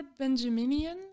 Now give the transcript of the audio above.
Benjaminian